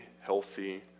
healthy